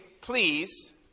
please